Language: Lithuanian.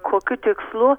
kokiu tikslu